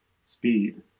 speed